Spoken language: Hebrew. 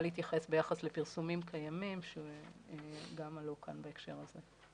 להתייחס ביחס לפרסומים קיימים שגם עלו כאן בהקשר הזה.